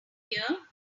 here